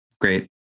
great